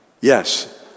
Yes